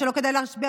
שלא כדאי להשקיע